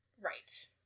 Right